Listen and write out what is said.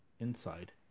inside